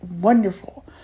wonderful